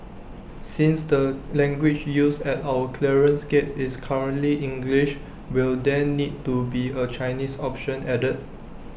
since the language used at our clearance gates is currently English will there need to be A Chinese option added